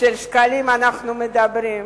אנחנו מדברים?